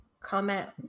Comment